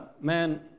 man